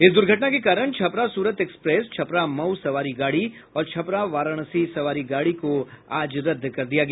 इस दूर्घटना के कारण छपरा सूरत एक्सप्रेस छपरा मऊ सवारी गाड़ी और छपरा वाराणसी सवारी गाड़ी को आज रद्द कर दिया गया